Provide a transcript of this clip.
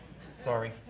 sorry